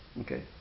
Okay